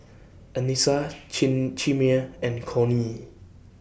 Anissa Chimere and Cornie